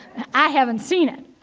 i haven't seen it.